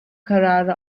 kararı